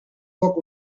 dock